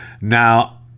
Now